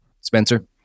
Spencer